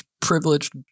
privileged